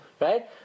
Right